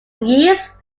yeast